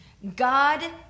god